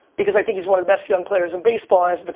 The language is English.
because i think he's one of the best young players in baseball, has but